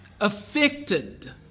affected